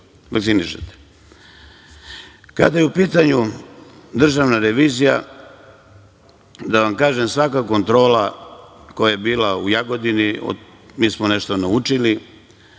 vakcinišete. Kada je u pitanju državna revizija, da vam kažem svaka kontrola koja je bila u Jagodini, mi smo nešto naučili,